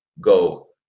go